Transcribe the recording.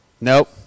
Nope